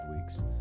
weeks